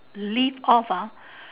live off ah